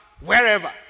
wherever